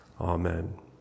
Amen